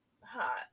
hot